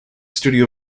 studio